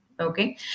Okay